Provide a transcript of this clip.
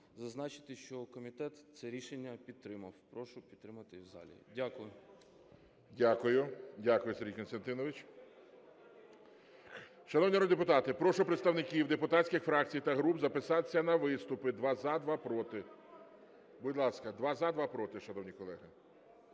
зазначити, що комітет це рішення підтримав, прошу підтримати і в залі. Дякую. ГОЛОВУЮЧИЙ. Дякую, Сергій Костянтинович. Шановні народні депутати, прошу представників депутатських фракцій та груп записатися на виступи: два – за, два – проти. Будь ласка, два – за, два – проти, шановні колеги.